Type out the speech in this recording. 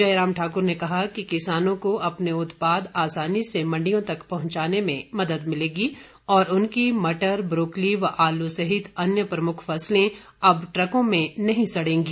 जयराम ठाकुर ने कहा कि किसानों को अपने उत्पाद आसानी से मंडियों तक पहंचाने में मदद मिलेगी और उनकी मटर ब्रौकली व आलू सहित अन्य प्रमुख फसलें अब ट्रकों में नहीं सड़ेंगी